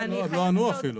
לא, הם לא ענו אפילו.